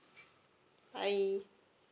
bye